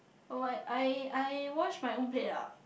like I I wash my own plate ah